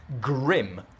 Grim